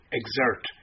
exert